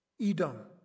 Edom